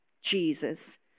Jesus